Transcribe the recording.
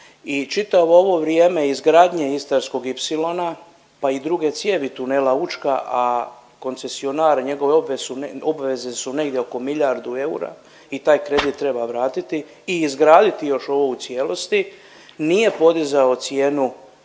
čitavo ovo vrijeme izgradnje Istarskog ipsilona, pa i druge cijeli tunela Učka, a koncesionar i njegove obveze su negdje oko milijardu eura i taj kredit treba vratiti i izgraditi još ovu u cijelosti, nije podizao cijenu